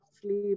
sleep